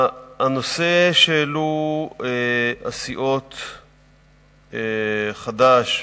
הנושא שהעלו הסיעות חד"ש,